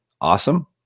Awesome